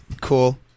Cool